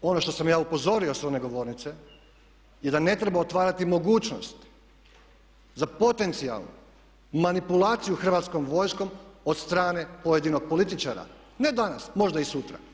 Ono što sam ja upozorio s one govornice, je da ne treba otvarati mogućnost za potencijalnu manipulaciju Hrvatskom vojskom od strane pojedinog političara ne danas, možda i sutra.